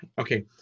Okay